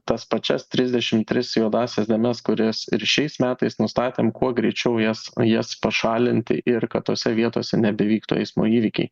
tas pačias trisdešim tris juodąsias dėmes kurias ir šiais metais nustatėm kuo greičiau jas jas pašalinti ir kad tose vietose nebevyktų eismo įvykiai